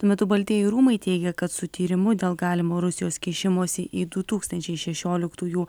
tuo metu baltieji rūmai teigia kad su tyrimu dėl galimo rusijos kišimosi į du tūkstančiai šešioliktųjų